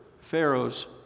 Pharaoh's